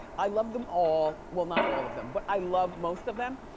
i love them all, well not all of them, but i love most of them.